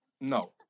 No